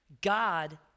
god